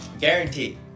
guaranteed